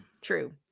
True